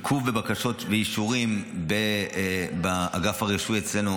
עיכוב בבקשות ואישורים באגף הרישוי אצלנו,